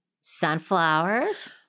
sunflowers